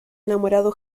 enamorado